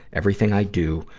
everything i do,